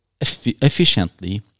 efficiently